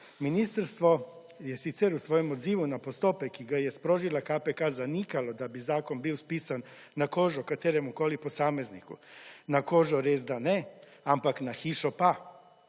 Ministrstvo je sicer v svojem odzivu na postopek, ki ga je sprožila KPK, zanikalo, da bi zakon bil spisan na kožo kateremukoli posamezniku, na kožo res da ne, ampak na hišo pa.